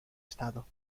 estado